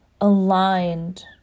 aligned